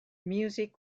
music